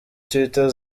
twitter